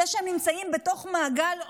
זה שהם נמצאים בתוך מעגל עוני,